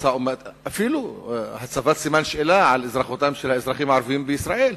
אפילו הצבת סימן שאלה על אזרחותם של האזרחים הערבים בישראל.